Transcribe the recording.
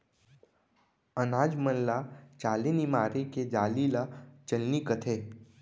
अनाज मन ल चाले निमारे के जाली ल चलनी कथें